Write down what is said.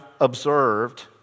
observed